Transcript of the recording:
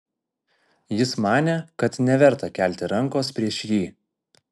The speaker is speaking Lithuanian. jis manė kad neverta kelti rankos prieš jį